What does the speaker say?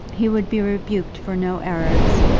he would be rebuked for no errors,